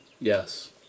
Yes